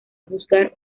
juzgar